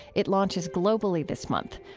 it launches globally this month.